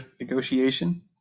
negotiation